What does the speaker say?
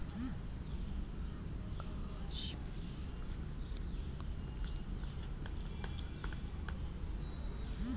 ಕಾಶ್ಮೀರ್ ಉಲ್ಲೆನ್ನ ಒರಟಾದ ಕೂದ್ಲನ್ನು ಉಡುಪು ತಯಾರಿಕೆ ಉದ್ದೇಶಗಳಿಗಾಗಿ ಬಳಸಲಾಗ್ತದೆ